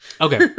Okay